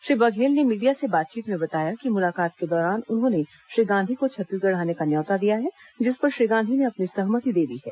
श्री बघेल ने मीडिया से बातचीत में बताया कि मुलाकात के दौरान उन्होंने श्री गांधी को छत्तीसगढ़ आने का न्यौता दिया है जिस पर श्री गांधी ने अपनी सहमति दे दी है